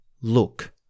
Look